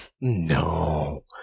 No